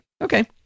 Okay